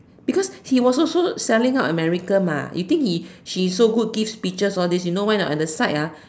because he was also so selling out America mah you think he he so good give speeches all this you know why anot at the side ah